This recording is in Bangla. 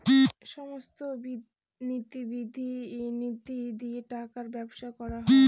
সমস্ত নীতি নিধি দিয়ে টাকার ব্যবসা করা হয়